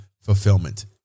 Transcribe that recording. fulfillment